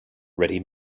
ready